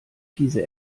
fiese